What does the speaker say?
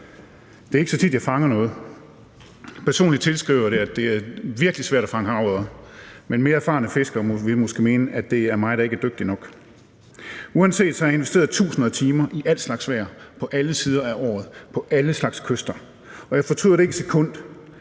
Det er ikke så tit, jeg fanger noget. Personligt tilskriver jeg det, at det er virkelig svært at fange havørreder, men mere erfarne fiskere vil måske mene, at det er mig, der ikke er dygtig nok. Uanset hvad har jeg investeret tusinder af timer i al slags vejr på alle tider af året på alle slags kyster, og jeg fortryder det ikke et sekund,